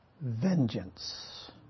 vengeance